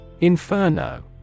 Inferno